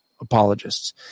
apologists